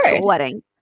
wedding